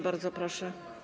Bardzo proszę.